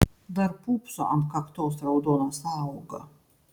dar pūpso ant kaktos raudona sąauga